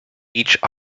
each